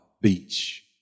Beach